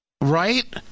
right